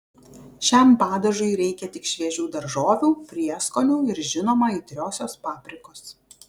šiam padažui reikia tik šviežių daržovių prieskonių ir žinoma aitriosios paprikos